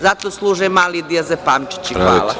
Zato služe mali dijazepamčići.